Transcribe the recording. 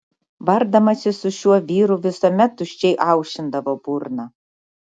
bardamasi su šiuo vyru visuomet tuščiai aušindavo burną